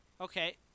Okay